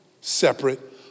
separate